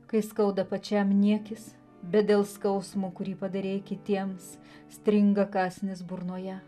kai skauda pačiam niekis bet dėl skausmo kurį padarei kitiems stringa kąsnis burnoje